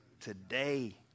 Today